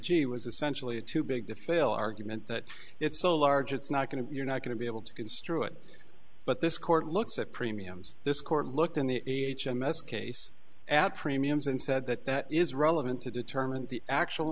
g was essentially too big to fail argument that it's so large it's not going to you're not going to be able to construe it but this court looks at premiums this court looked in the h m s case at premiums and said that that is relevant to determine the actual